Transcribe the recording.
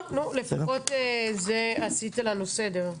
טוב, לפחות עשית לנו סדר.